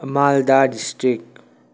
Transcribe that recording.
Malda district